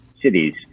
cities